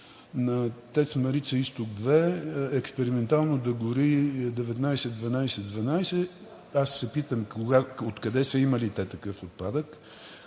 на ТЕЦ „Марица изток 2“ експериментално да гори 19 12 12. Аз се питам: откъде са имали те такъв отпадък,